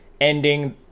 ending